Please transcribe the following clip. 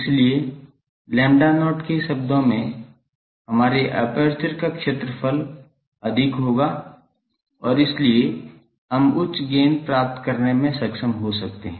इसलिए lambda not के शब्दों में हमारे एपर्चर का क्षेत्रफल अधिक होगा और इसलिए हम उच्च गेन प्राप्त करने में सक्षम हो सकते हैं